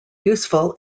useful